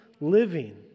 living